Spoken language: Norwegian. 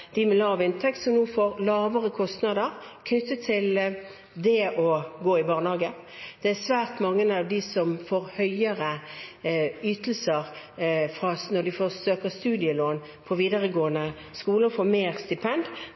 de med lav inntekt som nå får lavere barnehagekostnader, det er svært mange som får høyere ytelser når de søker studielån på videregående skole og får mer stipend,